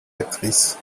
actrice